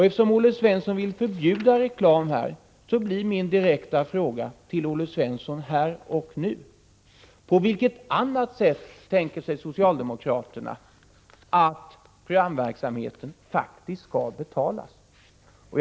Eftersom Olle Svensson vill förbjuda reklam blir min direkta fråga till Olle Svensson: På vilket annat sätt tänker sig socialdemokraterna att programverksamheten faktiskt skall betalas? Herr talman!